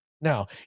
Now